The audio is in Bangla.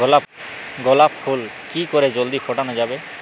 গোলাপ ফুল কি করে জলদি ফোটানো যাবে?